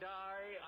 die